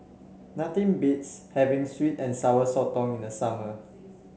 nothing beats having sweet and Sour Sotong in the summer